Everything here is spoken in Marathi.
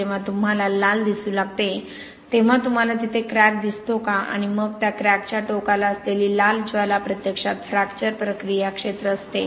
जेव्हा तुम्हाला लाल दिसू लागते तेव्हा तुम्हाला तिथे क्रॅक दिसतो का आणि मग त्या क्रॅकच्या टोकाला असलेली लाल ज्वाला प्रत्यक्षात फ्रॅक्चर प्रक्रिया क्षेत्र असते